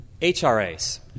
HRAs